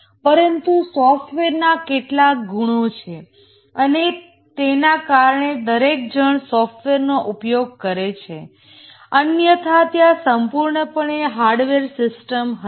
પરંતુ સોફ્ટવેરના કેટલાક ગુણો છે અને તેના કારણે દરેક જણ સોફ્ટવેરનો ઉપયોગ કરે છે અન્યથા ત્યાં સંપૂર્ણપણે હાર્ડવેર સિસ્ટમ હશે